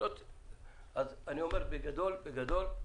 בגדול,